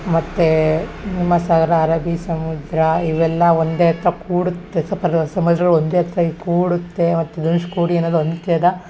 ಮತ್ತು ಹಿಂದೂ ಮಹಾಸಾಗರ ಅರಬ್ಬೀ ಸಮುದ್ರ ಇವೆಲ್ಲ ಒಂದೇ ಕೂಡುತ್ತೆ ಸಮುದ್ರಗಳು ಒಂದೇ ಕೂಡುತ್ತೆ ಮತ್ತು ಧನುಶ್ಕೋಡಿ ಅನ್ನೋದು ಅಂತ್ಯದ